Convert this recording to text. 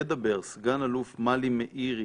תדבר סגן אלוף מלי מאירי,